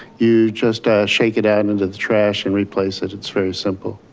you just shake it out and into the trash and replace it, it's very simple.